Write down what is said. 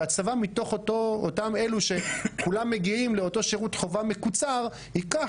והצבא מתוך אותם אלה שמגיעים לאותו שירות חובה מקוצר ייקח